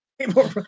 people